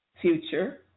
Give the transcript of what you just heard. future